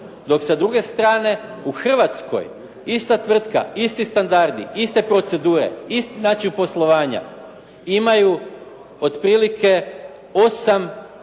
dok sa druge strane u Hrvatskoj ista tvrtka, isti standardi, iste procedure, isti način poslovanja imaju otprilike 8,8